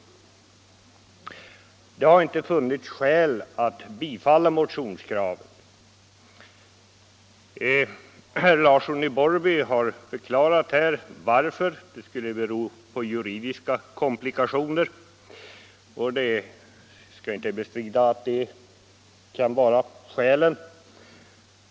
De har inte funnit skäl att bifalla motionskraven. Herr Larsson i Borrby har förklarat att det skulle bero på juridiska komplikationer, och jag skall inte bestrida att det kan vara så.